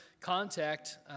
contact